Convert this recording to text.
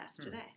today